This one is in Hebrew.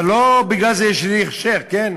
אבל לא בגלל זה יש לי הכשר, כן?